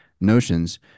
notions